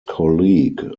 colleague